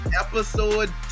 Episode